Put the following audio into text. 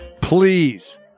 Please